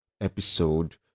episode